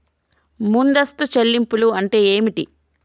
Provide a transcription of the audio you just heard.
ముందస్తు చెల్లింపులు అంటే ఏమిటి?